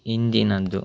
ಇಂದಿನದು